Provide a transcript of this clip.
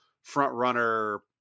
front-runner